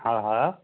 हा हा